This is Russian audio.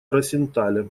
росенталя